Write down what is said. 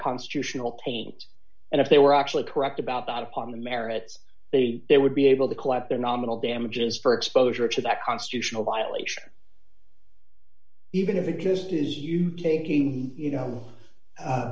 constitutional pains and if they were actually correct about that upon the merits they they would be able to collect their nominal damages for exposure to that constitutional violation even if it just is you taking